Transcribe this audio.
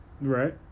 Right